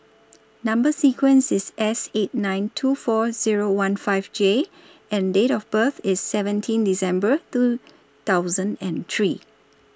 Number sequence IS S eight nine two four Zero one five J and Date of birth IS seventeen December two thousand and three